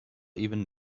even